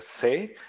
say